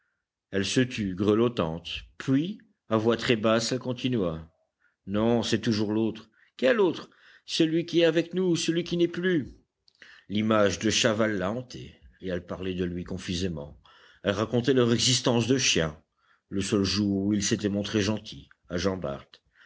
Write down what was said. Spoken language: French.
elle se tut grelottante puis à voix très basse elle continua non c'est toujours l'autre quel autre celui qui est avec nous celui qui n'est plus l'image de chaval la hantait et elle parlait de lui confusément elle racontait leur existence de chien le seul jour où il s'était montré gentil à